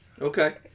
Okay